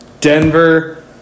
Denver